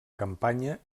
campanya